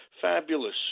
fabulous